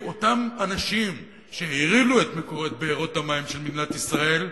אותם אנשים שהרעילו את מקורות בארות המים של מדינת ישראל,